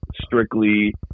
strictly –